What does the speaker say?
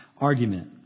argument